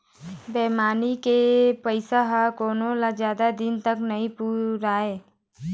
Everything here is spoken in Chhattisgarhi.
बेईमानी के पइसा ह कोनो ल जादा दिन तक नइ पुरय